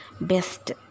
best